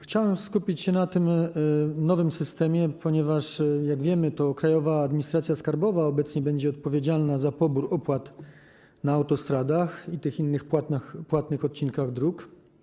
Chciałem skupić się na tym nowym systemie, ponieważ, jak wiemy, to Krajowa Administracja Skarbowa obecnie będzie odpowiedzialna za pobór opłat na autostradach i innych płatnych odcinkach dróg.